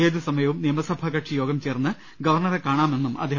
ഏതുസമയവും നിയമ സഭാകക്ഷിയോഗം ചേർന്ന് ഗവർണറെ കാണാമെന്നും അദ്ദേഹം പറഞ്ഞു